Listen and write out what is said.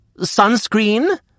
Sunscreen